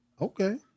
Okay